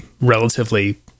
relatively